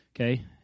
okay